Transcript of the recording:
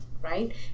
right